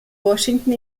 washington